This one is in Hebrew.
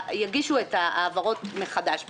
שיגישו את ההעברות מחדש.